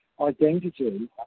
identity